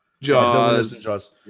Jaws